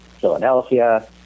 Philadelphia